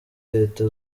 leta